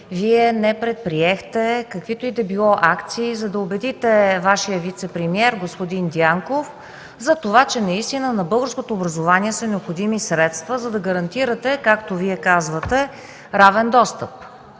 Вие не предприехте каквито и да било акции, за да убедите Вашия вицепремиер господин Дянков, че на българското образование са необходими средства, за да гарантирате, както Вие казвате, равен достъп?